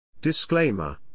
Disclaimer